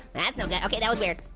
that's so good. okay that was weird.